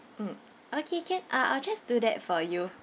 mm okay can ah I'll just do that for you